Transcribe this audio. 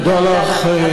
לדבר.